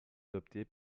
adoptée